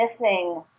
missing